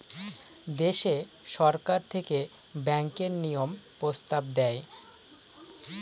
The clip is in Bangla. দেশে সরকার থেকে ব্যাঙ্কের নিয়ম প্রস্তাব দেয়